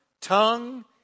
tongue